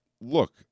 Look